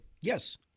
Yes